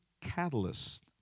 catalyst